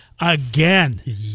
again